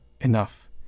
enough